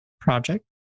project